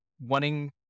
wanting